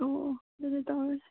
ꯑꯣ ꯑꯣ ꯑꯗꯨꯗꯤ ꯇꯧꯔꯁꯤ